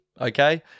okay